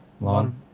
Long